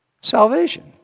salvation